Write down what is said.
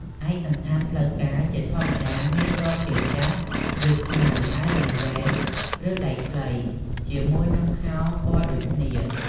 ឯកសណ្ឋានផ្លូវការ ជាធម្មតា មានពណ៌ខៀវចាស់ ឬខ្មៅ អាវដៃវែង ឬដៃខ្លី ជាមួយនឹងខោពណ៌ដូចគ្នា។